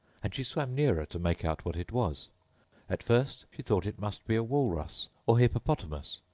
and she swam nearer to make out what it was at first she thought it must be a walrus or hippopotamus,